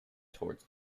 towards